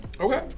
Okay